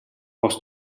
pots